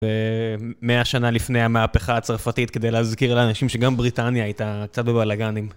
במאה שנה לפני המהפכה הצרפתית כדי להזכיר לאנשים שגם בריטניה הייתה קצת בבלאגנים.